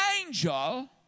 angel